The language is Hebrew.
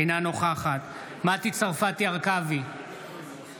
אינה נוכחת מטי צרפתי הרכבי, אינה נוכחת אריאל